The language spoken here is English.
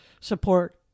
support